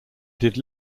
did